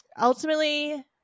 ultimately